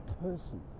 person